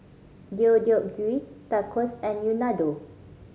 Deodeok Gui Tacos and Unadon